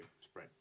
spread